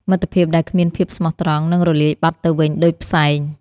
មិត្តភាពដែលគ្មានភាពស្មោះត្រង់ នឹងរលាយបាត់ទៅវិញដូចផ្សែង។